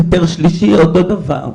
והיתר שלישי אותו דבר.